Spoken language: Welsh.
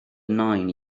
nain